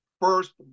First